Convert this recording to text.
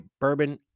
bourbon